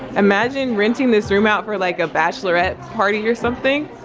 imagine renting this room out for like a bachelorette party or something.